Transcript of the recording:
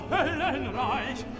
Hellenreich